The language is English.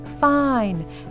fine